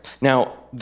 Now